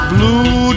Blue